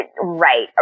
Right